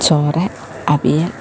ചോറ് അവിയൽ